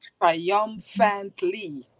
Triumphantly